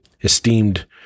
esteemed